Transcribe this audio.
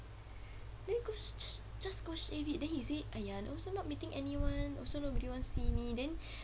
then go jus~ just go shave it then he say !aiya! also not meeting anyone also nobody want to see me then